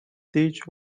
these